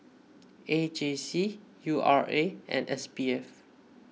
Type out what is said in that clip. A J C U R A and S B F